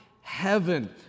heaven